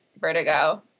Vertigo